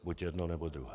Buď jedno, nebo druhé.